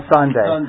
Sunday